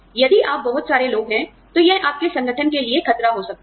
यदि आप बहुत सारे लोग हैं तो यह आपके संगठन के लिए खतरा हो सकता है